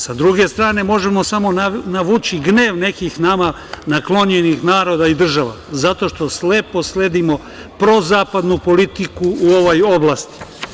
Sa druge strane, možemo samo navući gnev nekih nama naklonjenih naroda i država, zato što slepo sledimo prozapadnu politiku u ovoj oblasti.